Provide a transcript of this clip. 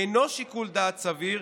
אינו שיקול דעת סביר,